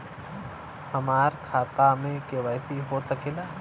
हमार खाता में के.वाइ.सी हो सकेला?